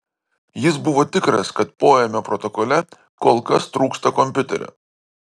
jis buvo tikras kad poėmio protokole kol kas trūksta kompiuterio